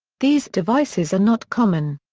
these devices are not common.